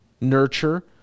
nurture